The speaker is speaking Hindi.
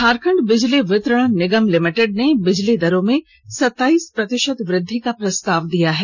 झारखंड बिजली वितरण निगम लिमिटेड ने बिजली दरों में सताइस प्रतिशत वृद्धि का प्रस्ताव दिया है